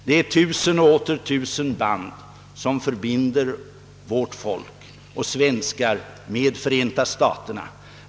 Det finns tusen och åter tusen band mellan vårt folk och Förenta staterna.